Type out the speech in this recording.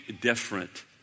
different